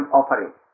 offering